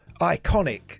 iconic